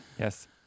Yes